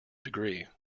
degree